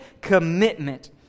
commitment